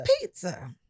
pizza